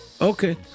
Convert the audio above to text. okay